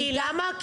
למה?